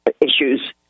issues